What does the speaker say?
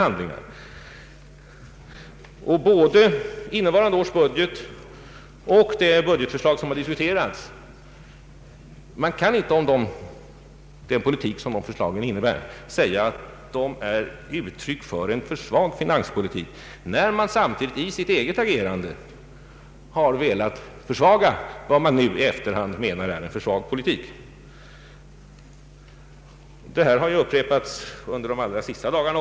Oppositionens företrädare kan inte om innevarande års budget och det budgetförslag som diskuteras säga att dessa är uttryck för en för svag finanspolitik när oppositionen samtidigt, i sitt eget agerande, velat ytterligare försvaga vad man nu i efterhand anser vara en alltför svag politik från regeringens sida. Att oppositionen uppträder på det sättet har vi ju sett också under de allra senaste dagarna.